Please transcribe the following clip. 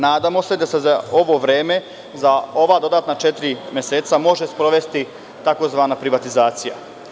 Nadamo se da za ovo vreme, za ova dodatna četiri meseca može sprovesti tzv. privatizacija.